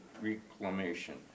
reclamation